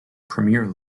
premier